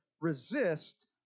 resist